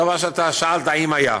הדבר שאתה שאלת אם היה.